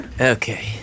Okay